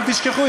אל תשכחו,